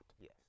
Yes